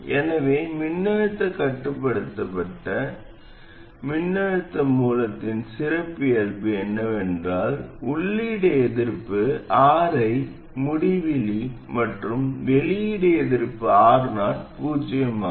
எனவே மின்னழுத்தம் கட்டுப்படுத்தப்பட்ட மின்னழுத்த மூலத்தின் சிறப்பியல்பு என்னவென்றால் உள்ளீட்டு எதிர்ப்பு Ri முடிவிலி மற்றும் வெளியீட்டு எதிர்ப்பு Ro பூஜ்ஜியமாகும்